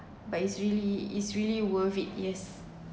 but it's really it's really worth it yes